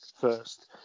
first